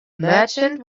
merchant